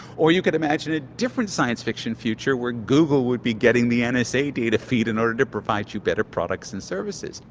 or you could imagine a different science-fiction future where google would be getting the and nsa data feed in order to provide you better products and services.